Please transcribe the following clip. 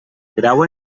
grau